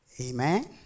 Amen